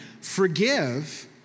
Forgive